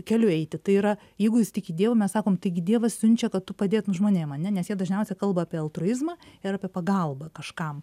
keliu eiti tai yra jeigu jis tiki dievą mes sakom taigi dievas siunčia kad tu padėtum žmonėm ar ne nes jie dažniausiai kalba apie altruizmą ir apie pagalbą kažkam